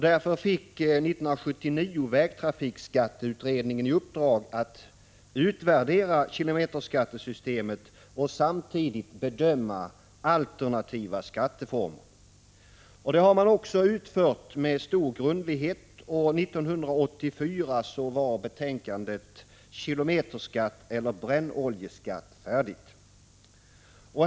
Därför fick vägtrafikskatteutredningen 1979 i uppdrag att utvärdera kilometerskattesystemet och samtidigt bedöma alternativa skatteformer. Det har man I utfört med stor grundlighet, och 1984 var betänkandet Kilometerskatt eller brännoljeskatt färdigt.